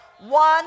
One